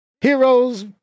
Heroes